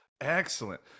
excellent